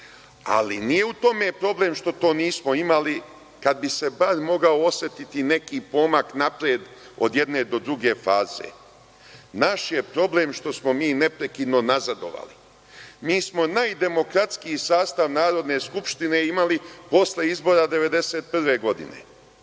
ali nije u tome problem što to nismo imali. Kada bi se bar mogao osetiti neki pomak napred od jedne do druge faze. Naš je problem što smo mi neprekidno nazadovali. Mi smo najdemokratskiji sastav Narodne skupštine imali posle izbora 1991. godine.